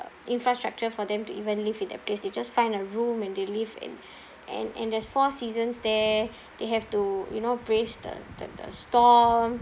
infrastructure for them to even live in that place they just find a room and they live and and and there's four seasons there they have to you know brace the the the storm